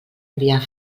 enviar